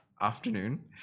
afternoon